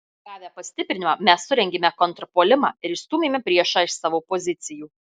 gavę pastiprinimą mes surengėme kontrpuolimą ir išstūmėme priešą iš savo pozicijų